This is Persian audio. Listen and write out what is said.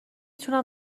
تونم